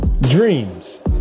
Dreams